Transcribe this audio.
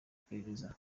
iperereza